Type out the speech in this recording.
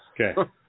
Okay